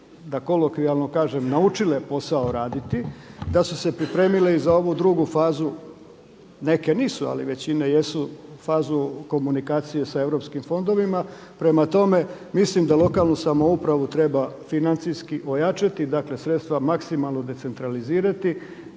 da kolokvijalno kažem naučile posao raditi, da su se pripremile i za ovu drugu fazu. Neke nisu, ali većina jesu fazu komunikacije sa europskim fondovima. Prema tome, mislim da lokalnu samoupravu treba financijski ojačati, dakle sredstva maksimalno decentralizirati